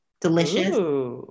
Delicious